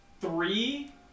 three